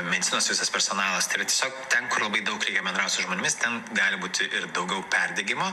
medicinos visas personalas tai yra tiesiog ten kur labai daug reikia bendraut su žmonėmis ten gali būti ir daugiau perdegimo